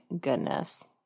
goodness